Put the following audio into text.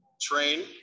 train